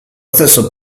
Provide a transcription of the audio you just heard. stesso